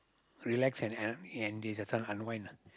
relax and un~ and this this one unwind lah